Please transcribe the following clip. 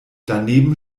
daneben